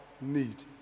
need